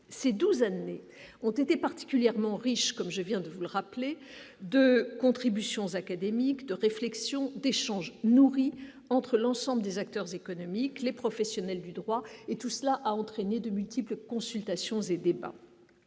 ces 12 années ont été particulièrement riche, comme je viens de vous le rappeler de contributions académique de réflexion d'échanges nourris entre l'ensemble des acteurs économiques, les professionnels du droit, et tout cela a entraîné de multiples consultations par